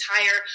entire